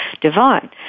divine